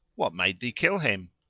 what made thee kill him?